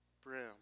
brim